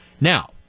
Now